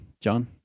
John